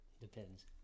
depends